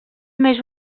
més